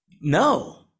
No